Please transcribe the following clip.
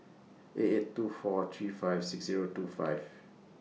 eight eight two four three five six Zero two five